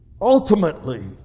ultimately